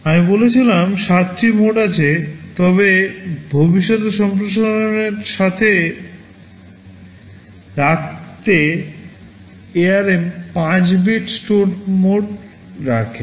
আমি বলেছিলাম 7 টি মোড আছে তবে ভবিষ্যতের সম্প্রসারণের সাথে রাখতে ARM 5 bit স্টোর মোডে রাখে